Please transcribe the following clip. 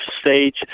stage